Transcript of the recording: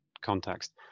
context